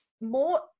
more